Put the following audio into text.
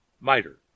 miter